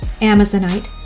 amazonite